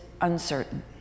uncertain